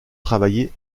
travailler